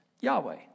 Yahweh